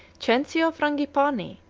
cencio frangipani,